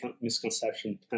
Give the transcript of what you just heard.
misconception